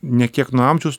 ne kiek nuo amžiaus